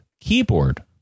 keyboard